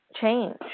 change